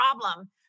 problem